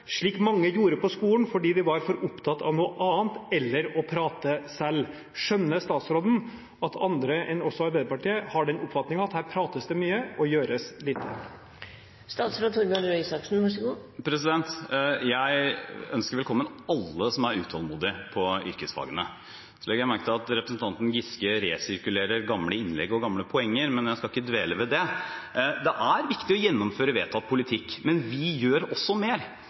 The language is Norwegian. slik mange gjorde på skolen, fordi de var opptatt med noe annet eller å prate selv». Skjønner statsråden at også andre enn Arbeiderpartiet har den oppfatningen at her prates det mye og gjøres lite? Jeg ønsker velkommen alle som er utålmodige når det gjelder yrkesfagene. Så legger jeg merke til at representanten Giske resirkulerer gamle innlegg og gamle poenger, men jeg skal ikke dvele ved det. Det er viktig å gjennomføre vedtatt politikk, men vi gjør også mer.